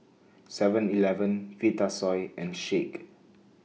Seven Eleven Vitasoy and Schick